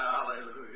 Hallelujah